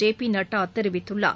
ஜெ P Nadda தெரிவித்துள்ளார்